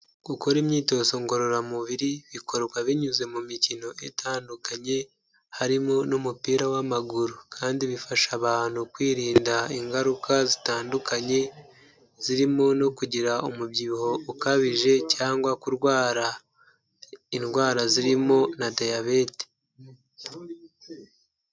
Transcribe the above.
Gukora imyitozo ngororamubiri bikorwa binyuze mu mikino itandukanye, harimo n'umupira w'amaguru kandi bifasha abantu kwirinda ingaruka zitandukanye, zirimo no kugira umubyibuho ukabije cyangwa kurwara indwara zirimo na diyabete.